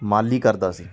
ਮਾਲੀ ਕਰਦਾ ਸੀ